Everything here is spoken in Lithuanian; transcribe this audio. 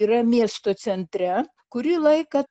yra miesto centre kurį laiką